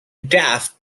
daft